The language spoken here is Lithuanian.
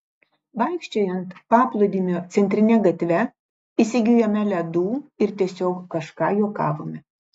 vaikščiojant paplūdimio centrine gatve įsigijome ledų ir tiesiog kažką juokavome